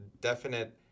definite